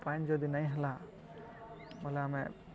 ପାଏନ୍ ଯଦି ନେଇଁ ହେଲା ବଲେ ଆମେ